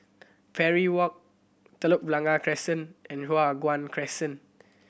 Parry Walk Telok Blangah Crescent and Hua Guan Crescent